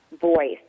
voice